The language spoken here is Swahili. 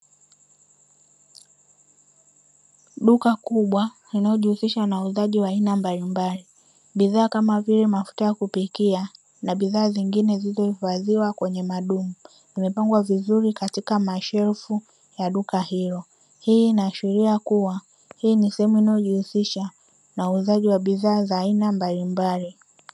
Duka kubwa linalojihusisha na uuzaji wa aina mbalimbali, bidhaa kama vile mafuta ya kupikia na bidhaa zingine zilizohifadhiwa kwenye madumu, zimepangwa vizuri katika mashelfu ya duka hilo, hii inaashiria kuwa hii ni sehemu inayojihisisha na uuzaji wa bidhaa za aina mbalimbali.